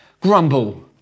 grumble